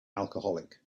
alcoholic